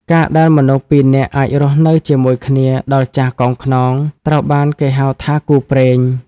ការដែលមនុស្សពីរនាក់អាចរស់នៅជាមួយគ្នាដល់ចាស់កោងខ្នង ត្រូវបានគេហៅថាគូព្រេង។